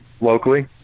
locally